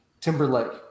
Timberlake